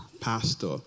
pastor